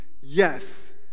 Yes